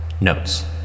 Notes